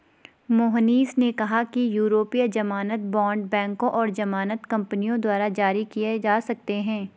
मोहनीश ने कहा कि यूरोपीय ज़मानत बॉण्ड बैंकों और ज़मानत कंपनियों द्वारा जारी किए जा सकते हैं